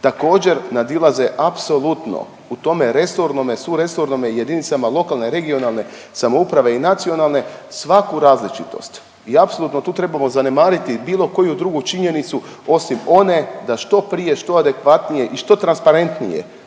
također nadilaze apsolutno u tome resornome, suresornome i jedinicama lokalne, regionalne samouprave i nacionalne svaku različitost i apsolutno tu trebamo zanemariti bilo koju drugu činjenicu osim one da što prije, što adekvatnije i što transparentnije